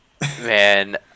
Man